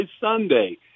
Sunday